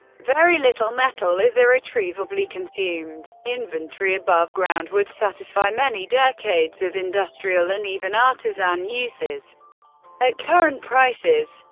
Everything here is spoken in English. very little metal is irretrievably consumed. inventory above ground would satisfy many decades of industrial and even artisan uses at current prices.